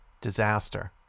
disaster